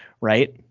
right